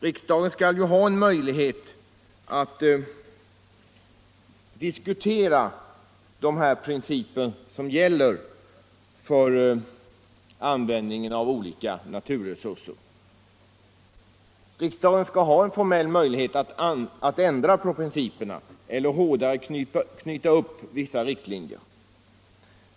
Riksdagen skall ha en möjlighet att diskutera de principer som gäller för användningen av olika naturresurser. Riksdagen skall ha en formell möjlighet att ändra principerna eller hårdare knyta upp vissa riktlinjer.